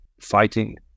fighting